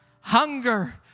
Hunger